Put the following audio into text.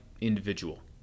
individual